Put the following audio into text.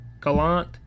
Gallant